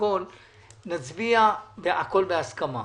נצביע על הכול בהסכמה.